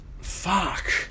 Fuck